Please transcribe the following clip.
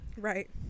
right